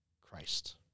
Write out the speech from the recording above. Christ